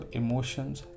emotions